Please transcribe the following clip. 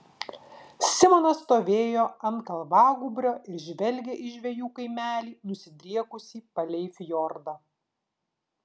simonas stovėjo ant kalvagūbrio ir žvelgė į žvejų kaimelį nusidriekusį palei fjordą